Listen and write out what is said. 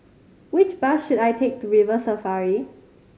which bus should I take to River Safari